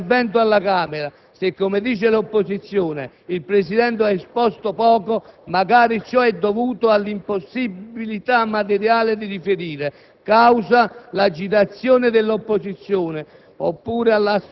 per essere protagonista a livello europeo. Quanto all'intervento alla Camera, se, come dice l'opposizione, il Presidente ha esposto poco, magari ciò è dovuto all'impossibilità materiale di riferire,